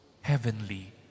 heavenly